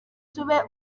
tube